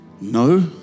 No